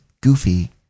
goofy